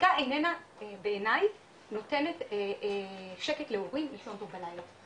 חקיקה איננה בעיני נותנת שקט להורים לישון טוב בלילה,